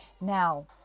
now